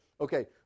okay